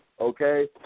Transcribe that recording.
okay